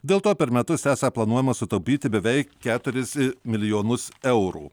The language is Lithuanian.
dėl to per metus esą planuojama sutaupyti beveik keturis milijonus eurų